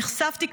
נחשפתי,